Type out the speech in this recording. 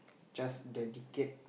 just dedicate